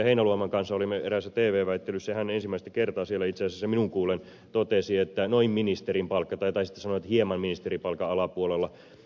heinäluoman kanssa olimme eräässä tv väittelyssä ja hän ensimmäistä kertaa siellä itse asiassa minun kuulteni totesi että noin ministerin palkka tai sitten sanoi että hieman ministerin palkan alapuolella